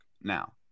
now